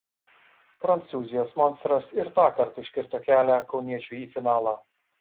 prancūzijos monstras ir tąkart užkirto kelią kauniečiui į finalą